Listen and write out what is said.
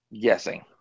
guessing